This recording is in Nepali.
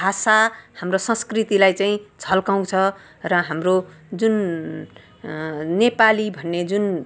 भाषा हाम्रो संस्कृतिलाई चाहिँ झल्काउँछ र हाम्रो जुन नेपाली भन्ने जुन